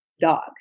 dog